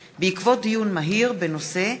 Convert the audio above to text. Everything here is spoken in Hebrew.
ובעקבות דיון מהיר בהצעה של חבר הכנסת יוסף ג'בארין בנושא: